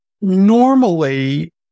normally